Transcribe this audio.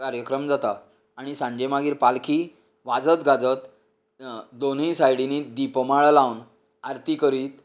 कार्यक्रम जाता आनी सांजे मागीर पालखी वाजत गाजत दोनूय सायडिनी दिपमाळ लावन आरती करीत